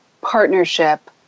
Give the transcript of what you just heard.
partnership